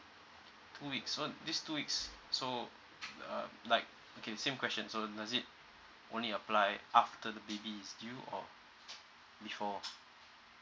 two weeks so these two weeks so uh like okay same question so does it only apply after the baby is due or before